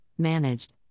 managed